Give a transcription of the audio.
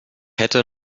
hätte